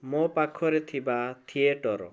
ମୋ ପାଖରେ ଥିବା ଥିଏଟର୍